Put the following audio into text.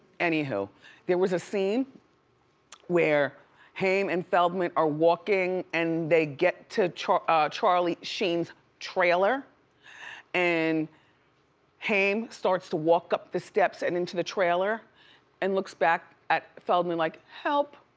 anywho, there was a scene where haim and feldman are walking and they get to charlie ah charlie sheen's trailer and haim starts to walk up to the steps and into the trailer and looks back at feldman like, help.